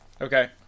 Okay